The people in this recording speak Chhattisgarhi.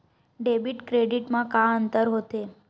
डेबिट क्रेडिट मा का अंतर होत हे?